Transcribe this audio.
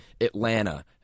Atlanta